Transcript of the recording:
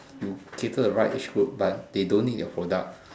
you cater the right age group but they don't need your product